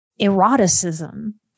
eroticism